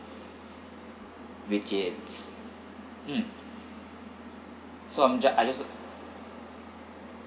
which is mm it's not I just